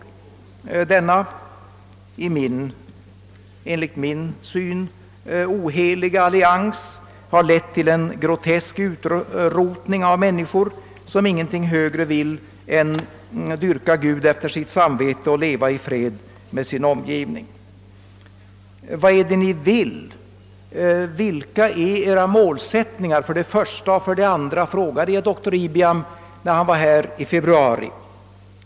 Denna enligt min syn oheliga allians har lett till en formlig utrotning av människor som ingenting högre vill än dyrka Gud efter sitt samvete och leva i fred med sin omgivning. Vad är det ni vill, vilka är edra målsättningar för det första och för det andra, frågade jag doktor Ibiam när han var här i februari.